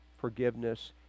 forgiveness